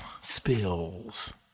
spills